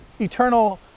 eternal